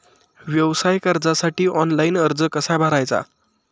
व्यवसाय कर्जासाठी ऑनलाइन अर्ज कसा भरायचा?